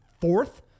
fourth